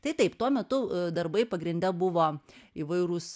tai taip tuo metu darbai pagrinde buvo įvairūs